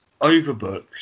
overbooked